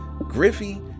Griffey